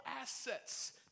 assets